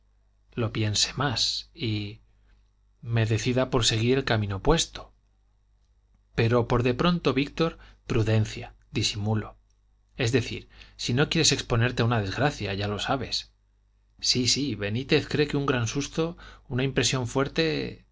lo piense más y me decida por seguir el camino opuesto pero por de pronto víctor prudencia disimulo es decir si no quieres exponerte a una desgracia ya lo sabes sí sí benítez cree que un gran susto una impresión fuerte